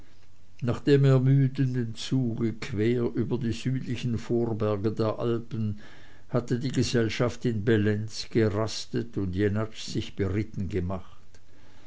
nach dem ermüdenden zuge quer über die südlichen vorberge der alpen hatte die gesellschaft in bellenz gerastet und jenatsch sich beritten gemacht